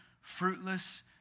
fruitless